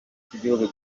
kigihugu